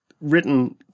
written